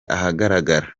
ahagaragara